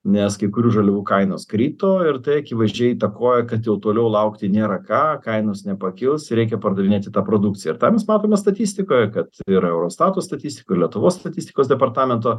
nes kai kurių žaliavų kainos krito ir tai akivaizdžiai įtakoja kad jau toliau laukti nėra ką kainos nepakils reikia pardavinėti ta produkciją ir tą mes matome statistikoje kad ir eurostato statistikoj ir lietuvos statistikos departamento